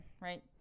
right